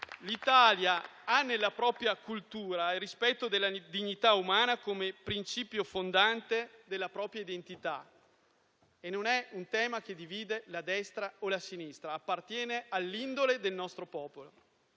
l'Italia ha nella propria cultura il rispetto della dignità umana come principio fondante della propria identità. Non è un tema che divide la destra o la sinistra, ma appartiene all'indole del nostro popolo.